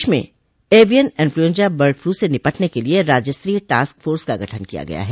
प्रदेश में avian influenza bird flu से निपटने के लिए राज्य स्तरीय टास्क फोर्स का गठन किया गया है